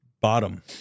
bottom